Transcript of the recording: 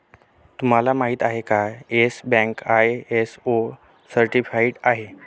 तुम्हाला माहिती आहे का, येस बँक आय.एस.ओ सर्टिफाइड आहे